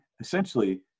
essentially